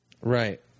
right